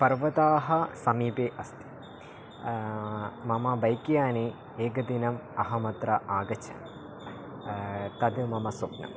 पर्वतस्य समीपे अस्ति मम बैक्याने एकदिनम् अहमत्र आगच्छ तद् मम स्वप्नम्